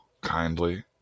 kindly